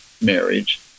marriage